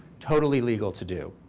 totally legal to do.